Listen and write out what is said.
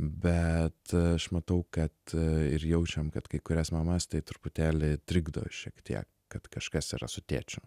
bet aš matau kad ir jaučiam kad kai kurias mamas tai truputėlį trikdo šiek tiek kad kažkas yra su tėčiu